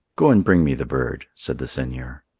go and bring me the bird, said the seigneur.